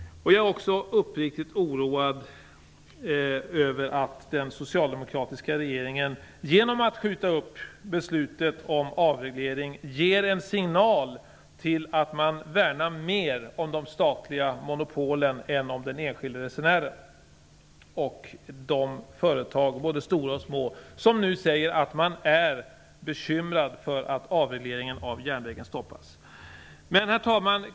Jag är också uppriktigt oroad över att den socialdemokratiska regeringen, genom att skjuta upp beslutet om avreglering, ger en signal till att värna mer om de statliga monopolen än den enskilde resenären och de stora och små företag som är bekymrade över att avregleringen stoppas. Herr talman!